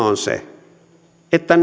on haluammeko me että